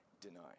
deny